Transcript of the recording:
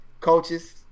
coaches